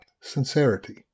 sincerity